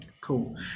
cool